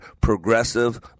progressive